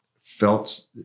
felt